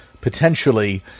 potentially